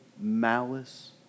malice